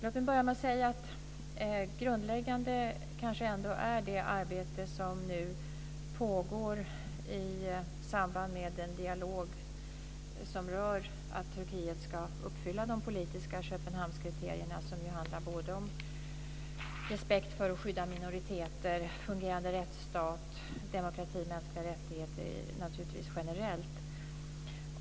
Låt mig börja med att säga att grundläggande kanske ändå är det arbete som nu pågår i samband med den dialog som rör att Turkiet ska uppfylla de politiska Köpenhamnskriterier som handlar både om respekt för minoriteter, fungerande rättsstat, demokrati och mänskliga rättigheter generellt.